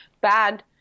bad